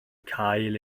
cael